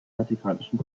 vatikanischen